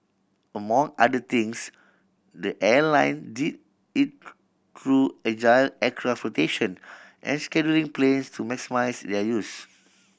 among other things the airline did it through agile aircraft and scheduling planes to maximise their use